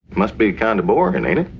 must be kind of boring, and ain't it?